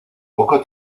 poco